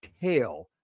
tail